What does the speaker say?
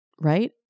right